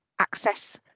access